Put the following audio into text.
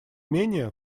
менее